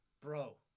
Bro